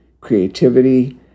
Creativity